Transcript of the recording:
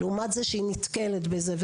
לעומת שהיא נתקלת בזה במפתיע.